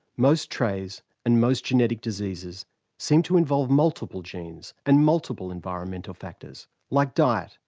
most traits and most genetic diseases seem to involve multiple genes and multiple environmental factors like diet,